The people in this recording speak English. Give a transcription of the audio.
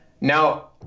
Now